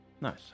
Nice